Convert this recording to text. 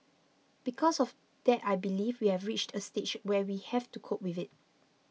because of that I believe we have reached a stage where we have to cope with it